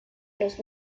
los